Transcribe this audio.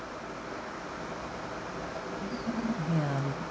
yeah